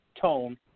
tone